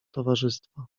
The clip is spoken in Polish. towarzystwa